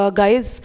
guys